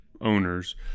owners